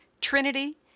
Trinity